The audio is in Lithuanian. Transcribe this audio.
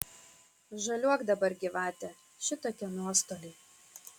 žaliuok dabar gyvate šitokie nuostoliai